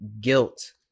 guilt